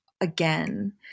again